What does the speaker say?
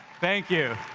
thank you.